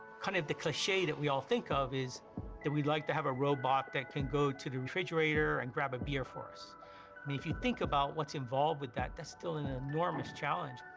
kind of the cliche that we all think of is that we'd like to have a robot that can go to the refrigerator and grab a beer for us. i mean, if you think about what's involved with that, that's still an enormous challenge.